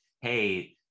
hey